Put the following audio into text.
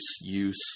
use